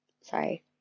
Sorry